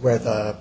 where they